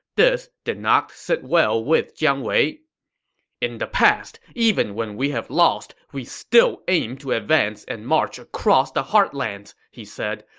did not sit well with jiang wei in the past, even when we have lost, we still aimed to advance and march across the heartlands, he said.